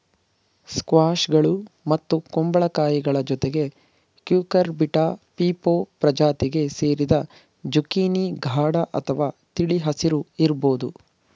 ಸ್ಕ್ವಾಷ್ಗಳು ಮತ್ತು ಕುಂಬಳಕಾಯಿಗಳ ಜೊತೆಗೆ ಕ್ಯೂಕರ್ಬಿಟಾ ಪೀಪೊ ಪ್ರಜಾತಿಗೆ ಸೇರಿದೆ ಜುಕೀನಿ ಗಾಢ ಅಥವಾ ತಿಳಿ ಹಸಿರು ಇರ್ಬೋದು